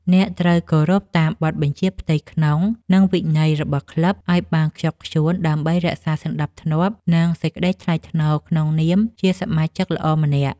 អ្នកត្រូវគោរពតាមបទបញ្ជាផ្ទៃក្នុង និងវិន័យរបស់ក្លឹបឱ្យបានខ្ជាប់ខ្ជួន ដើម្បីរក្សាសណ្ដាប់ធ្នាប់ និងសេចក្ដីថ្លៃថ្នូរក្នុងនាមជាសមាជិកល្អម្នាក់។